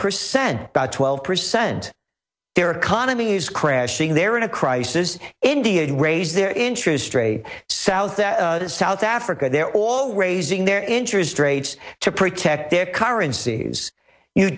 percent twelve percent their economies crashing they're in a crisis indeed raise their interest rate south south africa they're all raising their interest rates to protect their currency you